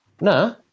Nah